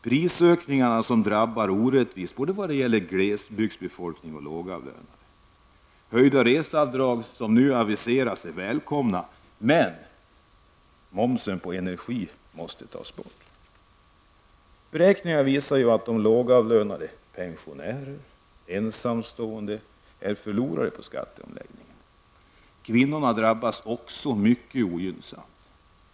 Prisökningarna drabbar orättvist både glesbygdsbefolkning och de lågavlönade. Höjda reseavdrag, som nu aviseras, är välkomna, men momsen på energi måste tas bort. Beräkningarna visar att lågavlönade, pensionärer och ensamstående är förlorare i skatteomläggningen. Kvinnorna drabbas också mycket ogynnsamt.